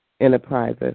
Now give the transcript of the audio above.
enterprises